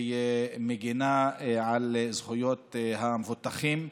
שמגינה על זכויות המבוטחים.